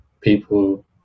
people